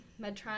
medtronic